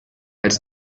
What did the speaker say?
als